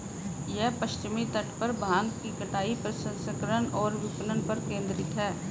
यह पश्चिमी तट पर भांग की कटाई, प्रसंस्करण और विपणन पर केंद्रित है